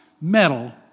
metal